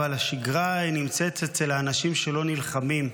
אבל השגרה יוצאת אצל האנשים שלא נלחמים.